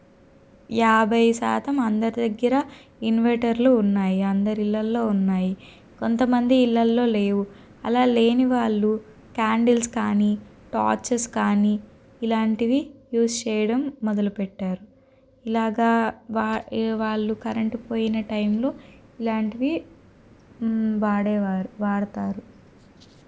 యాభై శాతం అందరి దగ్గర ఇన్వెటర్లు ఉన్నాయి అందరి ఇళ్లల్లో ఉన్నాయి కొంతమంది ఇళ్లల్లో లేవు అలా లేని వాళ్ళు క్యాండిల్స్ కానీ టార్చస్ కానీ ఇలాంటివి యూజ్ చేయడం మొదలుపెట్టారు ఇలాగా వాళ్ళు కరెంటు పోయిన టైంలో ఇలాంటివి వాడేవారు వాడతారు